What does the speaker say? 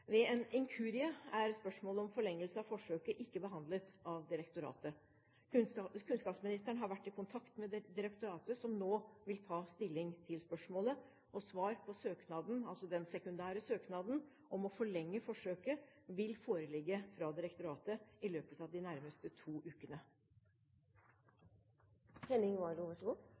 Ved en inkurie er spørsmålet om forlengelse av forsøket ikke behandlet av direktoratet. Kunnskapsministeren har vært i kontakt med direktoratet, som nå vil ta stilling til spørsmålet. Svar på søknaden – altså den sekundære søknaden – om å forlenge forsøket vil foreligge fra direktoratet i løpet av de nærmeste to